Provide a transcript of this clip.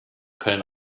können